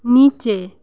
নিচে